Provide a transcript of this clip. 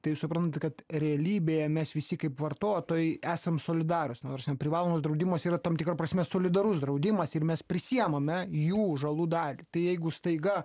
tai jūs suprantat kad realybėje mes visi kaip vartotojai esam solidarūs nors privalomas draudimas yra tam tikra prasme solidarus draudimas ir mes prisiimame jų žalų dalį tai jeigu staiga